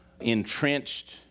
entrenched